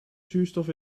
zuurstof